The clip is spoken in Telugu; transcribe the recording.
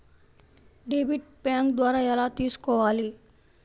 డెబిట్ బ్యాంకు ద్వారా ఎలా తీసుకోవాలి?